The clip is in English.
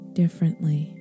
differently